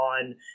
on